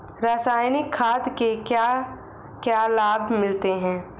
रसायनिक खाद के क्या क्या लाभ मिलते हैं?